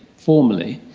formally.